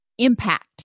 impact